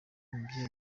mubyeyi